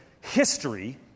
history